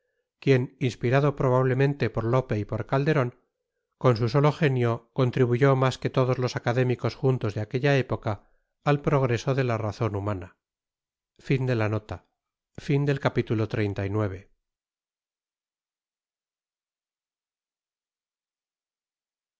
quien inspirado probabtemente por lope y por catderon con su soto genio contribuyo mas que todos tos académicos juntos de aquetta época at progreso de ta razon humana